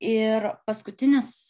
ir paskutinis